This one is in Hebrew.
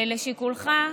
לשיקולך.